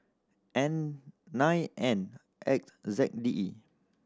N nine N X Z D E